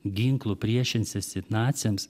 ginklu priešinsiesi naciams